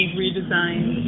redesigned